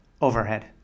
Overhead